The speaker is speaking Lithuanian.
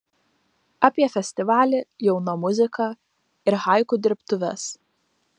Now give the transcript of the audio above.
apie festivalį jauna muzika ir haiku dirbtuves